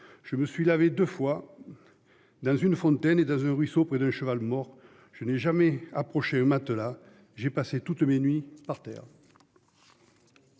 Je me suis lavé deux fois. Dans une fontaine et dans un ruisseau près d'un cheval mort. Je n'ai jamais approché matelas, j'ai passé toutes mes nuits par terre.